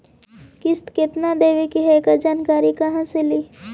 किस्त केत्ना देबे के है एकड़ जानकारी कहा से ली?